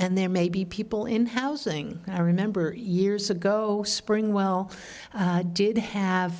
and there may be people in housing i remember years ago spring well did have